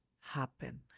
happen